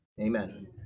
amen